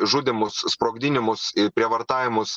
žudymus sprogdinimus ir prievartavimus